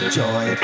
joy